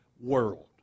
world